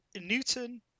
Newton